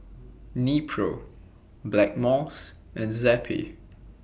Nepro Blackmores and Zappy